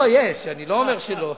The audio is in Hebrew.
לא, יש, אני לא אומר שלא.